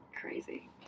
crazy